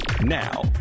Now